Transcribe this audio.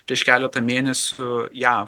prieš keletą mėnesių jav